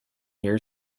year